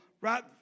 right